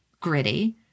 gritty